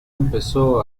empezó